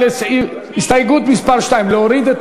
הסתייגות מס' 2. להוריד?